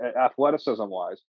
athleticism-wise